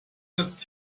das